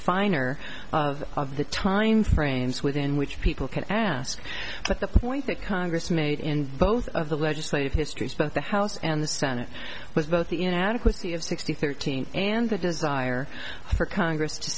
definer of the time frames within which people can ask but the point that congress made in both of the legislative history both the house and the senate was both the inadequacy of sixty thirteen and the desire for congress to